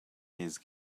his